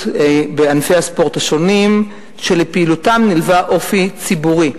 בענפי הספורט השונים שלפעילותם נלווה אופי ציבורי,